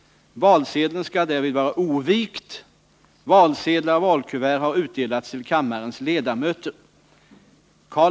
Valsedeln skall därvid vara ovikt. Valsedlar och valkuvert har utdelats till kammarens ledamöter.